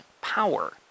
power